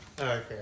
Okay